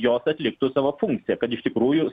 jos atliktų savo funkciją kad iš tikrųjų